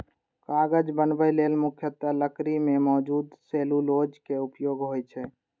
कागज बनबै लेल मुख्यतः लकड़ी मे मौजूद सेलुलोज के उपयोग होइ छै